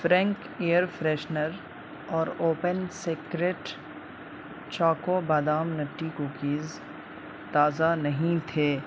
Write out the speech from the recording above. Frank air freshener اور open secret choco بادام nutty cookies تازہ نہیں تھے